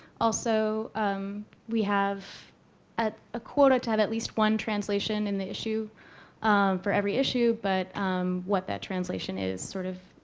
also we have a ah quota to have at least one translation in the issue for every issue, but what that translation is, sort of,